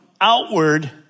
outward